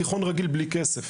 תיכון דתי בלי כסף.